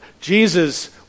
Jesus